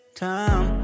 time